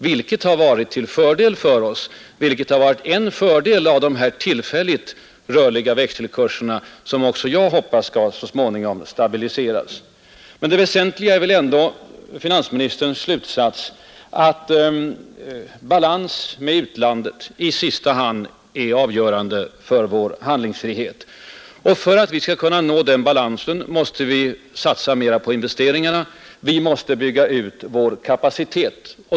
Det har varit till fördel för oss, en fördel som vi kunnat förskaffa oss genom de tillfälligt rörliga växelkurserna som också jag hoppas så småningom skall stabiliseras. Men det väsentliga var finansministerns slutsats att balans i utlandsbetalningarna i sista hand är avgörande för vår handlingsfrihet. För att vi skall kunna nå sådan balans måste vi satsa mera på investeringar. Vi måste bygga ut vår produktionskapacitet.